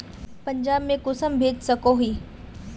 पंजाब में कुंसम भेज सकोही?